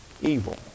Evil